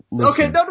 Okay